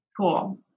Cool